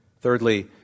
Thirdly